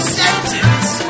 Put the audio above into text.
sentence